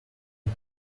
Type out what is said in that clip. you